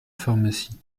pharmacie